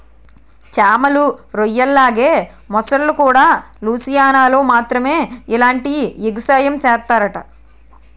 చేమలు, రొయ్యల్లాగే మొసల్లుకూడా లూసియానాలో మాత్రమే ఇలాంటి ఎగసాయం సేస్తరట